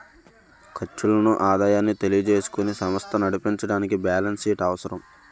ఖర్చులను ఆదాయాన్ని తెలియజేసుకుని సమస్త నడిపించడానికి బ్యాలెన్స్ షీట్ అవసరం